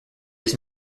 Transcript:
his